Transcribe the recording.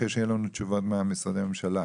אחרי שיהיו לנו תשובות ממשרדי הממשלה.